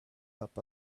top